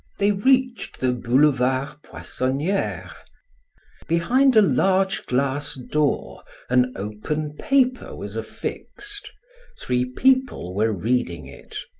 they reached the boulevarde poissoniere behind a large glass door an open paper was affixed three people were reading it.